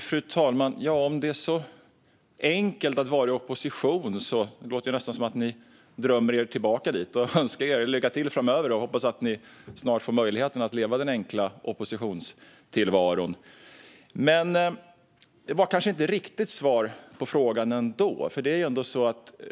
Fru talman! Om det är så enkelt att vara i opposition låter det nästan som att ni drömmer er tillbaka dit. Jag önskar er lycka till framöver, och jag hoppas att ni snart får möjlighet att leva den enkla oppositionstillvaron, Rasmus Ling. Men det var kanske inte riktigt svar på frågan ändå.